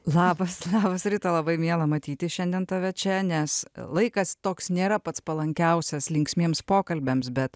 labas labas rita labai miela matyti šiandien tave čia nes laikas toks nėra pats palankiausias linksmiems pokalbiams bet